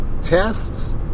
tests